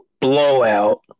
blowout